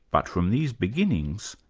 but from these beginnings,